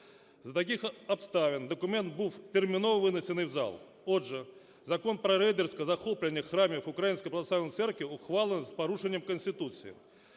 За таких обставин документ був терміново винесений в зал. Отже, закон про рейдерське захоплення храмів Української Православної Церкви ухвалене з порушенням Конституції.